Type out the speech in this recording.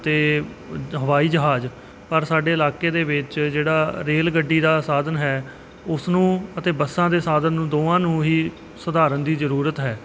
ਅਤੇ ਹਵਾਈ ਜਹਾਜ਼ ਪਰ ਸਾਡੇ ਇਲਾਕੇ ਦੇ ਵਿੱਚ ਜਿਹੜਾ ਰੇਲ ਗੱਡੀ ਦਾ ਸਾਧਨ ਹੈ ਉਸ ਨੂੰ ਅਤੇ ਬੱਸਾਂ ਦੇ ਸਾਧਨ ਨੂੰ ਦੋਵਾਂ ਨੂੰ ਹੀ ਸੁਧਾਰਨ ਦੀ ਜ਼ਰੂਰਤ ਹੈ